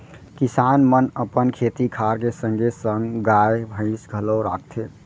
किसान मन अपन खेती खार के संगे संग गाय, भईंस घलौ राखथें